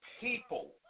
people